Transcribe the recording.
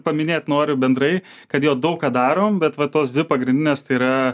paminėt noriu bendrai kad jau daug ką darom bet va tos dvi pagrindinės tai yra